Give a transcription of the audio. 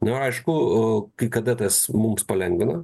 nu aišku kai kada tas mums palengvina